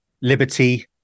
liberty